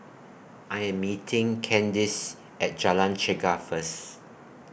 I Am meeting Candis At Jalan Chegar First